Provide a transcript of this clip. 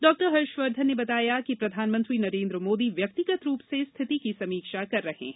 doctor Harshvardhan ने बताया कि प्रधानमंत्री नरेन्द्र मोदी व्यक्तिगत रूप से स्थिति की समीक्षा कर रहे हैं